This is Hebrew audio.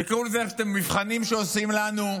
תקראו לזה איך שאתם, מבחנים שעושים לנו: